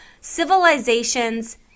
civilizations